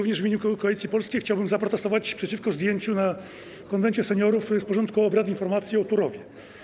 W imieniu Koalicji Polskiej chciałbym zaprotestować przeciwko zdjęciu na posiedzeniu Konwentu Seniorów z porządku obrad informacji o Turowie.